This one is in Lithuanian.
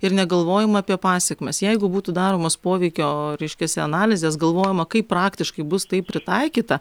ir negalvojama apie pasekmes jeigu būtų daromos poveikio reiškiasi analizės galvojama kaip praktiškai bus tai pritaikyta